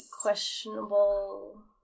questionable